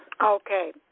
Okay